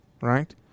right